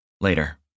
Later